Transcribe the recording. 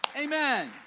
Amen